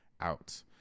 out